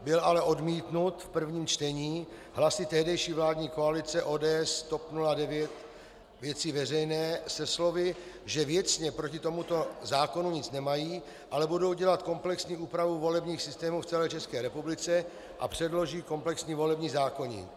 Byl ale odmítnut v prvním čtení hlasy tehdejší vládní koalice ODS, TOP 09, Věci Veřejné se slovy, že věcně proti tomuto zákonu nic nemají, ale budou dělat komplexní úpravu volebních systémů v celé České republice a předloží komplexní volební zákoník.